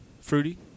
Fruity